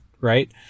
right